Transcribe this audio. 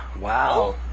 wow